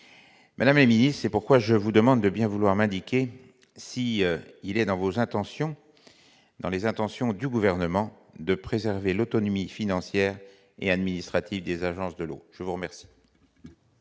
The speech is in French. Madame Émilie, c'est pourquoi je vous demande de bien vouloir m'indiquer si il est dans vos intentions dans les intentions du gouvernement de préserver l'autonomie financière et administrative des agences de l'eau, je vous remercie.